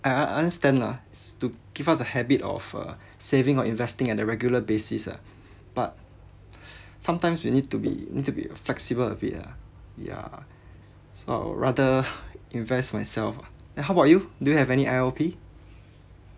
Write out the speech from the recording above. I un~ understand lah it's to give us a habit of uh saving or investing at the regular basis ah but sometimes we need to be need to be uh flexible a bit ah yeah so I'll rather invest myself ah and how about you do you have any I_L_P